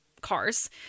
cars